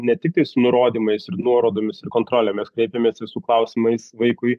ne tiktais su nurodymais ir nuorodomis ir kontrole mes kreipėmės vis su klausimais vaikui